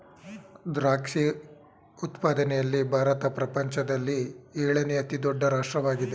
ದ್ರಾಕ್ಷಿ ಉತ್ಪಾದನೆಯಲ್ಲಿ ಭಾರತ ಪ್ರಪಂಚದಲ್ಲಿ ಏಳನೇ ಅತಿ ದೊಡ್ಡ ರಾಷ್ಟ್ರವಾಗಿದೆ